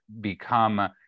become